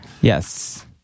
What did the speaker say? Yes